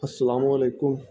السلام علیکم